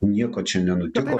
nieko čia nenutiko